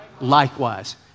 Likewise